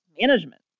management